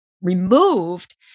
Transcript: removed